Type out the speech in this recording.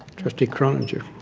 trustee croninger?